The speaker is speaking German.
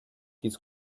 dies